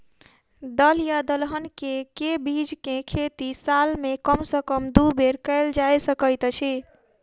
दल या दलहन केँ के बीज केँ खेती साल मे कम सँ कम दु बेर कैल जाय सकैत अछि?